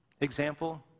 example